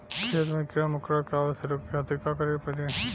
खेत मे कीड़ा मकोरा के आवे से रोके खातिर का करे के पड़ी?